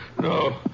No